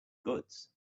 goods